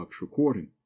recording